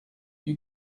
you